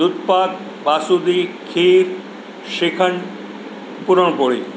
દૂધપાક basundi kheer shrikhand પૂરણપોળી